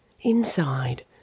Inside